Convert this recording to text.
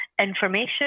information